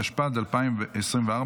התשפ"ד 2024,